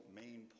main